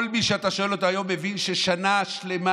כל מי שאתה שואל אותו היום מבין ששנה שלמה,